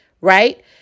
right